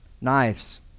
knives